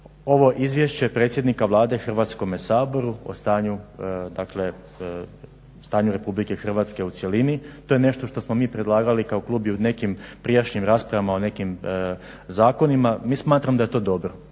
Ovo izvješće predsjednika Vlade Hrvatskome saboru o stanju RH u cjelini, to je nešto što smo mi predlagali kao klub i u nekim prijašnjim raspravama o nekim zakonima. Mi smatramo da je to dobro,